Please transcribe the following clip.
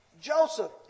Joseph